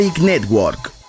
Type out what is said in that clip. NETWORK